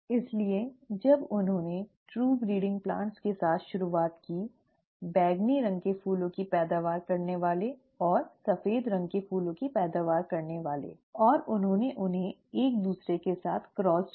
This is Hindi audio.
इसलिए जब उन्होंने ट्रू ब्रीडिंग प्लांट्स के साथ शुरुआत की बैंगनी रंग के फूलों की पैदावार करने वाले और सफेद रंग के फूलों की पैदावार लेने वाले और उन्होंने उन्हें एक दूसरे के साथ क्रॉस्ट किया